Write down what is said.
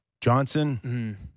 Johnson